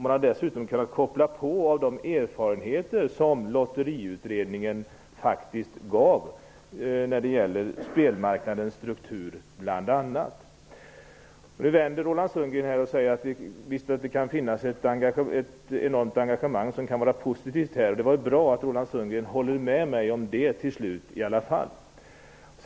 Man har dessutom kunnat koppla på de erfarenheter som Lotteriutredningen faktiskt förmedlade bl.a. när det gäller spelmarknadens struktur. Nu vände Roland Sundgren och sade att det visst kan finnas ett enormt engagemang som kan vara positivt. Det är bra att han håller med mig om det till slut i alla fall.